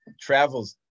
travels